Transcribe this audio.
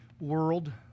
world